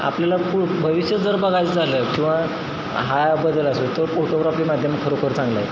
आपल्याला पुढं भविष्य जर बघायचं झालं किंवा हा बदल असेल तो फोटोग्राफी माध्यम खरोखर चांगला आहे